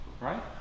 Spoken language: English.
Right